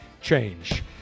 change